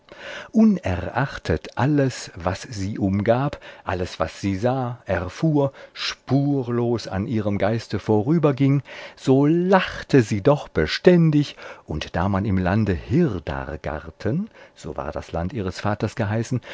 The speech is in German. unerachtet alles was sie umgab alles was sie sah erfuhr spurlos an ihrem geiste vorüberging so lachte sie doch beständig und da man im lande hirdargarten so war das land ihres vaters geheißen